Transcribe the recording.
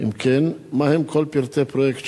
2. אם כן, מה הם כל פרטי פרויקט שח"ף?